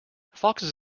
foxes